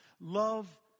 Love